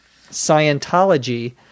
Scientology